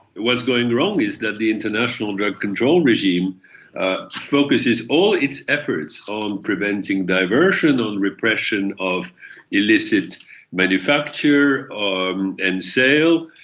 what's going wrong is that the international drug control regime focuses all its efforts on preventing diversion, on repression of illicit manufacture, on end sale,